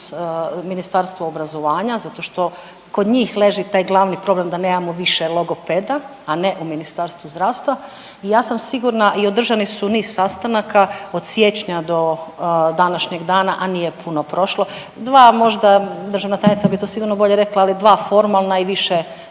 Ministarstvo obrazovanja zato što kod njih leži taj glavni problem da nemamo više logopeda, a ne u Ministarstvu zdravstva. I ja sam sigurna, održani su niz sastanaka od siječnja do današnjeg dana, a nije puno prošlo, dva možda državna tajnica bi to sigurno bolje rekla, ali dva formalna i više